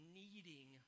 needing